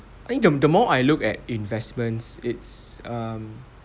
I think the the more I look at investments it's um